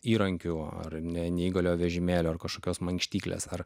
įrankių ar ne neįgaliojo vežimėlio ar kažkokios mankštyklės ar